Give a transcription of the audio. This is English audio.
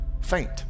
faint